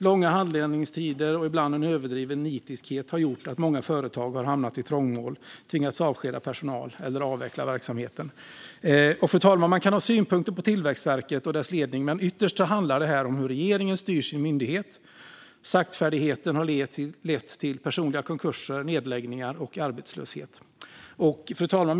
Långa handläggningstider och ibland en överdriven nitiskhet har gjort att många företag har hamnat i trångmål, tvingats avskeda personal eller avveckla verksamheten. Fru talman! Man kan ha synpunkter på Tillväxtverket och dess ledning, men ytterst handlar det här om hur regeringen styr sin myndighet. Saktfärdigheten har lett till personliga konkurser, nedläggningar och arbetslöshet. Fru talman!